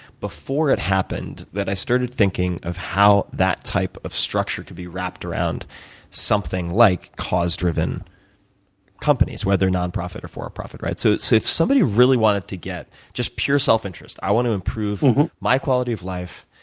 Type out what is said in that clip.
before it happened, that i started thinking of how that type of structure could be wrapped around something like cause-driven companies, whether nonprofit or for-profit, right? so if somebody really wanted to get just pure self-interest. i want to improve my quality of life,